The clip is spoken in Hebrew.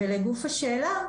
ולגוף השאלה,